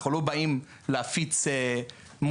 אנחנו לא באים להפיץ מוצרים,